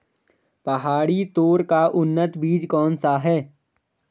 पहाड़ी तोर का उन्नत बीज कौन सा है?